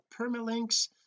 permalinks